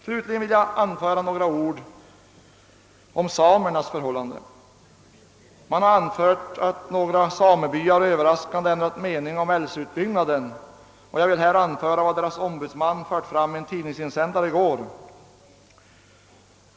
Slutligen vill jag anföra några ord om samernas förhållanden. Det har sagts att några samebyar överraskande ändrat mening om älvens utbyggnad. Jag vill här anföra vad deras ombudsman sade i en tidningsinsändare i går.